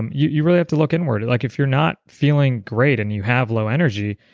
and you you really have to look inward. like if you're not feeling great and you have low energy,